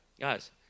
Guys